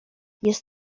jest